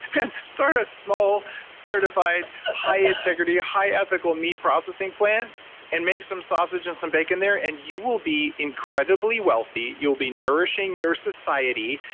man start a small certified high integrity, high ethical meat processing plant and make some sausage and some bacon there and you will be incredibly wealthy, you'll be nourishing your society,